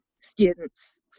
students